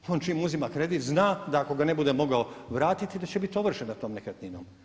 On čim uzima kredit zna da ako ga ne bude mogao vratiti da će biti ovršen nad tom nekretninom.